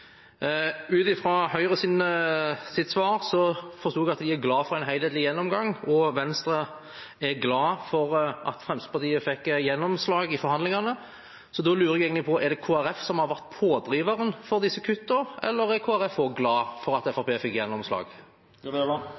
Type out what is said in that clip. Ut fra Høyres svar forsto jeg at de er glad for en helhetlig gjennomgang, og Venstre er glad for at Fremskrittspartiet fikk gjennomslag i forhandlingene. Så da lurer jeg på: Er det Kristelig Folkeparti som har vært pådriveren for disse kuttene, eller er Kristelig Folkeparti også glad for at Fremskrittspartiet fikk gjennomslag?